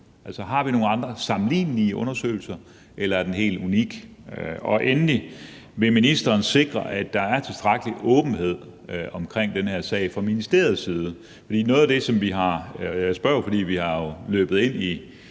nogle andre, sammenlignelige undersøgelser, eller er den helt unik? Endelig: Vil ministeren sikre, at der er tilstrækkelig åbenhed om den her sag fra ministeriets side? Jeg spørger, fordi vi er løbet ind i